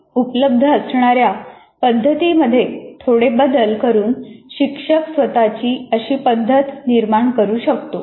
उपलब्ध असणाऱ्या पद्धतींमध्ये थोडे बदल करून शिक्षक स्वतःची अशी पद्धत निर्माण करू शकतो